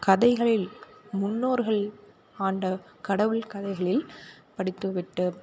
கதைகளில் முன்னோர்கள் ஆண்ட கடவுள் கதைகளில் படித்துவிட்டு